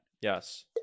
Yes